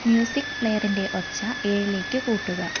music പ്ലെയറിന്റെ ഒച്ച ഏഴിലേയ്ക്ക് കൂട്ടുക